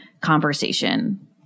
conversation